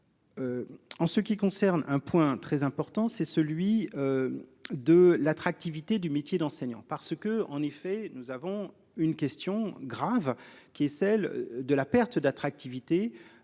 En ce qui concerne un point très important, c'est celui. De l'attractivité du métier d'enseignant, parce que, en effet, nous avons une question grave qui est celle de la perte d'attractivité